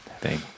Thank